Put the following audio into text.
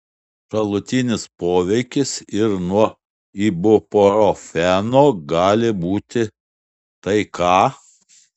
šalutinis poveikis ir nuo ibuprofeno gali būti tai ką